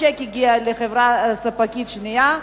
השיקים הגיעו לחברה ספקית שנייה,